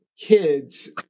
kids